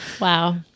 Wow